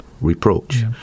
Reproach